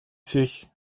sich